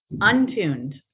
untuned